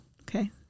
Okay